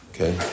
Okay